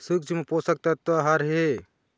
सूक्ष्म पोषक तत्व का हर हे?